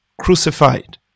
crucified